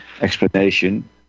explanation